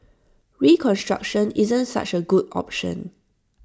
reconstruction isn't such A good option